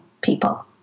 people